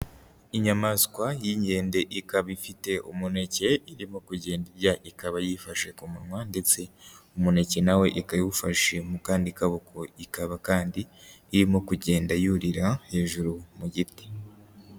Inyamaswa y'inkende ikaba ifite umuneke irimo kugenda irya, ikaba yifashe ku munwa ndetse umuneke na we ikaba iwufashe mu kandi kaboko, ikaba kandi irimo kugenda yurira hejuru mu giti.